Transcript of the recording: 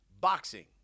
boxing